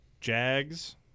Jags